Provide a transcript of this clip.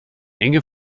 enge